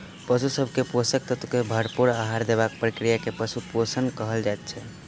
पशु सभ के पोषक तत्व सॅ भरपूर आहार देबाक प्रक्रिया के पशु पोषण कहल जाइत छै